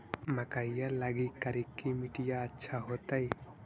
मकईया लगी करिकी मिट्टियां अच्छा होतई